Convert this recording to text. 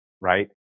right